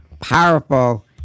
Powerful